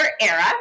era